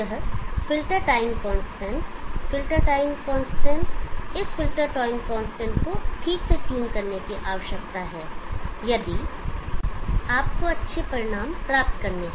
यह filter time constant filter time constant इस filter time constant को ठीक से ट्यून करने की आवश्यकता है यदि आपको अच्छे परिणाम प्राप्त करने हैं